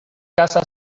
casa